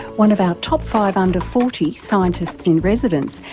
one of our top five under forty scientists in residence,